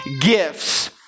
gifts